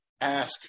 ask